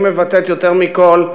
היא מבטאת יותר מכול,